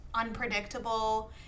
unpredictable